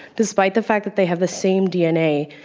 despite the fact that they have the same dna,